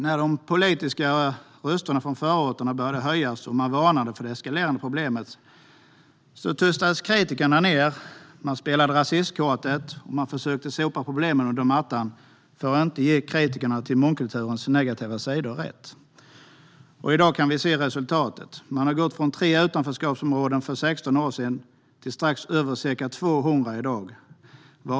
När de politiska rösterna från förorterna började höjas och det varnades för det eskalerande problemet tystades kritikerna ned. Man spelade rasistkortet och försökte sopa problemen under mattan för att inte ge kritikerna till mångkulturens negativa sidor rätt. I dag kan vi se resultatet. Vi har gått från 3 utanförskapsområden för 16 år sedan till strax över 200 i dag.